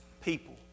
people